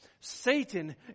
Satan